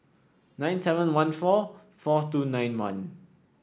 nine seven one four four two nine one